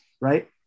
right